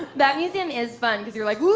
that museum is fun cause you're like, whoa!